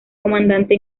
comandante